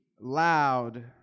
loud